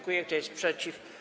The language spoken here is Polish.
Kto jest przeciw?